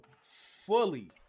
fully